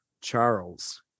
Charles